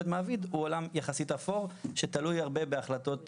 מעביד הוא עולם יחסית אפור שתלוי הרבה בהחלטות